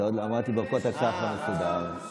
עוד לא אמרתי ברכות השחר מסודר.